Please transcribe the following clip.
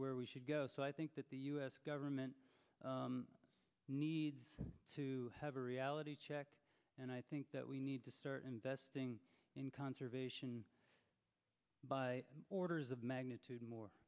here we should go so i think that the u s government needs to have a reality check and i think that we need to start investing in conservation by orders of magnitude more